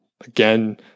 again